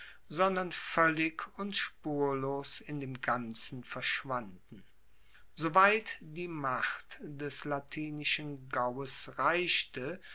sondern voellig und spurlos in dem ganzen verschwanden soweit die macht des latinischen gaues reichte